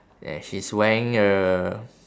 yeah she's wearing a